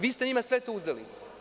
Vi ste njima sve to uzeli.